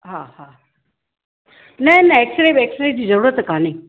हा हा न न एक्स रे वेक्स रे जी ज़रूरत कान्हे